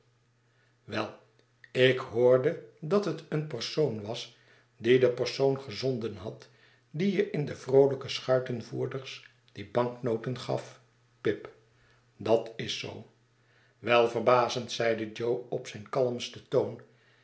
wel ik hoorde dat het een persoon was die den persoon gezonden had die je in de vroolijke schuitenvoerders die banknoten gaf pip dat is zoo welverbazend zeide jo op zijn kalmsten toon